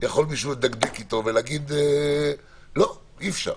יכול מישהו לדקדק אתו ולהגיד: לא, אי אפשר.